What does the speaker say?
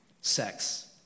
Sex